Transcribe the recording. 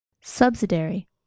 subsidiary